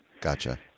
Gotcha